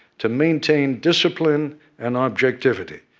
to maintain discipline and objectivity,